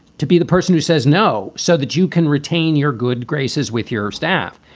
to be the person who says no. so that you can retain your good graces with your staff.